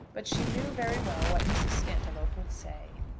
but she knew very well what mrs. stantiloup would say.